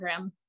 Instagram